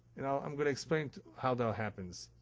you know i'm going to explain how that happens.